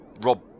Rob